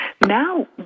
now